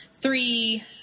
three